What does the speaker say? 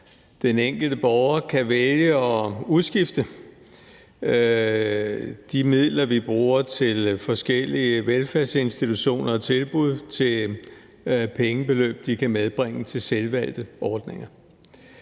den enkelte borger kan vælge at udskifte de midler, vi bruger i forskellige velfærdsinstitutioner og -tilbud, til pengebeløb, de kan medbringe til selvvalgte ordninger.